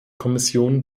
kommission